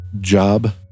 job